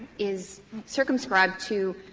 is circumscribed to